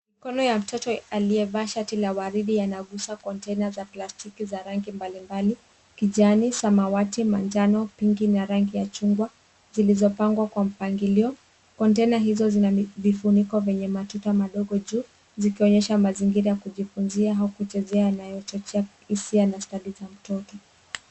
Mikono ya mtoto aliyevaa shati la waridi yanagusa kontena za plastiki za rangi mbalimbali: kijani, samawati, manjano pink na rangi ya chungwa zilizopangwa kwa mpangilio. Kontena hizo zina vifuniko vyenye matuta madogo juu, zikionyesha mazingira ya kujifunzia au kuchezea yanayochochea hisia na stadi za watoto.